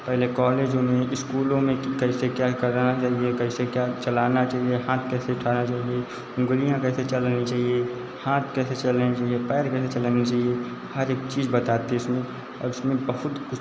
पहले कॉलेजों में इस्कूलों में कि कैसे क्या करना ज़रूरी है कैसे क्या चलाना चाहिए हाथ कैसे उठाना चाहिए गोलियाँ कैसे चलानी चाहिए हाथ कैसे चलाने चाहिए पैर कैसे चलाने चाहिए हर एक चीज़ बताते उसमें और उसमें बहुत कुछ